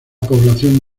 población